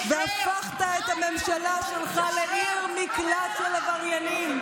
והפכת את הממשלה שלך לעיר מקלט לעבריינים.